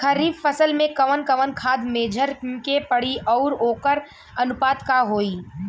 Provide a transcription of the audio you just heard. खरीफ फसल में कवन कवन खाद्य मेझर के पड़ी अउर वोकर अनुपात का होई?